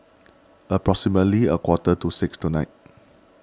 approximately a quarter to six tonight